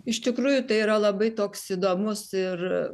iš tikrųjų tai yra labai toks įdomus ir